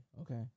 Okay